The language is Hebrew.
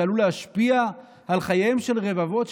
שעלול להשפיע על חייהם של רבבות,